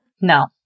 No